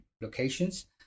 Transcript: locations